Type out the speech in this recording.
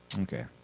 Okay